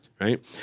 Right